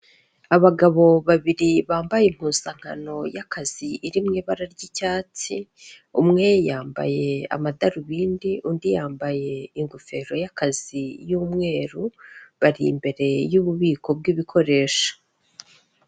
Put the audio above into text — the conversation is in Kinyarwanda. Abagabo babiri bambaye impuzankano y'akazi iri mu ibara ry'icyatsi, umwe yambaye amadarubindi, undi yambaye ingofero y'akazi y'umweru bari imbere y'ububiko bw'ibikoresho.